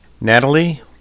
Natalie